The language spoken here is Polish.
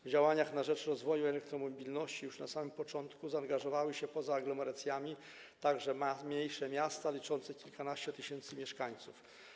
W działania na rzecz rozwoju elektromobilności już na samym początku zaangażowały się poza aglomeracjami także mniejsze miasta, liczące kilkanaście tysięcy mieszkańców.